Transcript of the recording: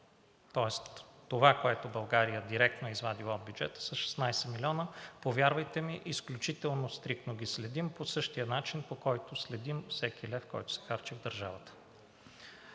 Тоест това, което България директно е извадила от бюджета, са 16 милиона. Повярвайте ми, изключително стриктно ги следим по същия начин, по който следим всеки лев, който се харчи в държавата.